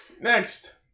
Next